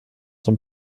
som